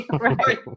Right